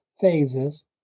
phases